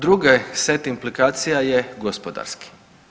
Druge set implikacija je gospodarski.